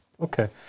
Okay